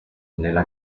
nella